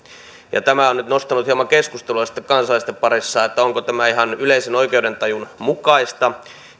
tämä on nyt nostanut hieman keskustelua kansalaisten parissa että onko tämä ihan yleisen oikeudentajun mukaista